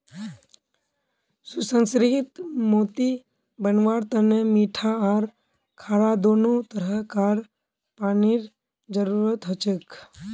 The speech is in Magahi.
सुसंस्कृत मोती बनव्वार तने मीठा आर खारा दोनों तरह कार पानीर जरुरत हछेक